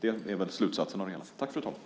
Det är slutsatsen av det hela.